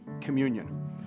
communion